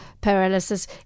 paralysis